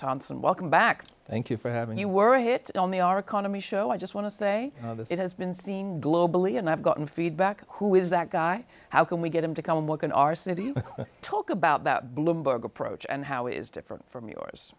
johnson welcome back thank you for having you were hit on the our economy show i just want to say that it has been seen globally and i've gotten feedback who is that guy how can we get him to come and work in our city talk about that bloomberg approach and how is different from yours